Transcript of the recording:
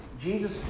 Jesus